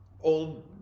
old